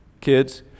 kids